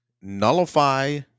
nullify